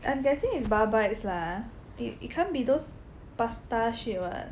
I'm guessing is bar bites lah it it can't be those pasta shit [what]